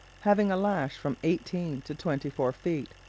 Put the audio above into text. having a lash from eighteen to twenty-four feet,